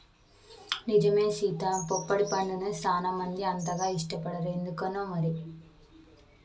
నిజమే సీత పొప్పడి పండుని సానా మంది అంతగా ఇష్టపడరు ఎందుకనో మరి